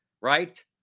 right